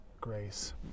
grace